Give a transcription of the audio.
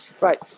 right